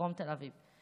דרום תל אביב,